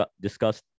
discussed